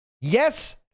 Yes